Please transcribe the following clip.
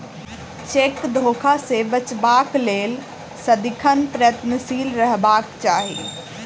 cheque धोखा सॅ बचबाक लेल सदिखन प्रयत्नशील रहबाक चाही